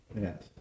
Yes